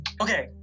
Okay